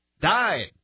died